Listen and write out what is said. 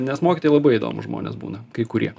nes mokytojai labai įdomūs žmonės būna kai kurie